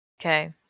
Okay